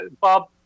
Bob